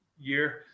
year